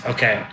Okay